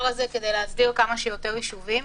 הזה כדי להסדיר כמה שיותר ישובים.